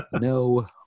no